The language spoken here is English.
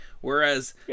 whereas